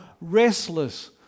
restless